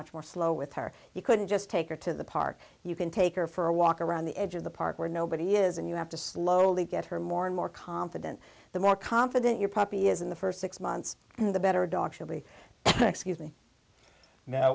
much more slow with her you couldn't just take her to the park you can take her for a walk around the edge of the park where nobody is and you have to slowly get her more and more confident the more confident your puppy is in the first six months and the better dog should be excuse me